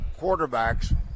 quarterbacks